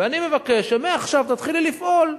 ואני מבקש שמעכשיו תתחילי לפעול,